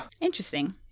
interesting